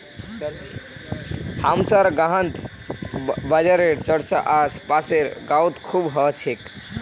हमसार गांउत बाजारेर चर्चा आस पासेर गाउत खूब ह छेक